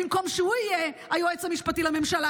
במקום שהוא יהיה היועץ המשפטי לממשלה,